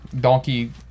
Donkey